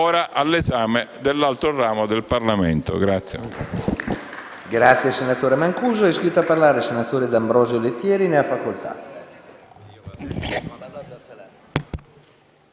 ora all'esame dell'altro ramo del Parlamento.